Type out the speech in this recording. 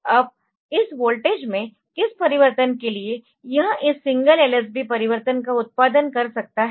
अब इस वोल्टेज में किस परिवर्तन के लिए यह इस सिंगल LSB परिवर्तन का उत्पादन कर सकता है